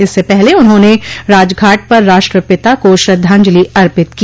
इससे पहले उन्होंने राजघाट पर राष्ट्रपिता को श्रद्धांजलि अर्पित की